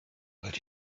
but